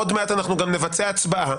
עוד מעט אנחנו גם נבצע הצבעה.